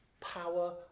power